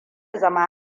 zama